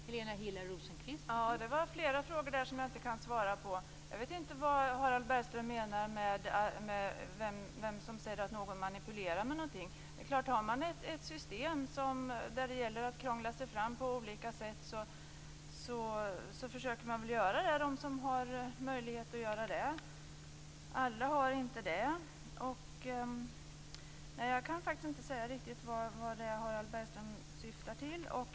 Fru talman! Det var flera frågor som jag inte kan svara på. Jag vet inte vem som säger att någon manipulerar. Har vi ett system där det gäller att krångla sig fram på olika sätt är det klart att det är detta man försöker göra. Alla har inte den möjligheten. Jag kan faktiskt inte riktigt säga vad det är Harald Bergström syftar på.